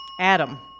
Adam